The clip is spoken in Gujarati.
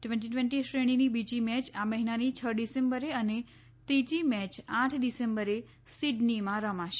ટ્વેન્ટી ટ્વેન્ટી શ્રેણીની બીજી મેચ આ મહિનાની છ ડિસેમ્બરે અને ત્રીજી મેચ આઠ ડિસેમ્બરે સિડનીમાં રમાશે